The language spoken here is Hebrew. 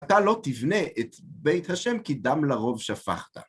אתה לא תבנה את בית ה' כי דם לרוב שפכת.